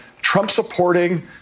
Trump-supporting